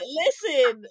listen